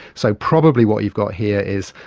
so probably what you've got here is,